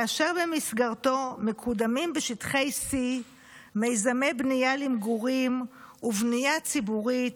כאשר במסגרתו מקודמים בשטחי C מיזמי בנייה למגורים ובנייה ציבורית,